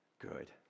good